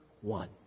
one